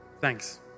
thanks